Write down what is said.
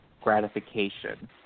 gratification